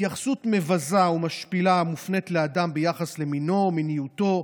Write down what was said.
התייחסות מבזה ומשפילה המופנית לאדם ביחס למינו ולמיניותו,